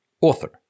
author